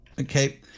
Okay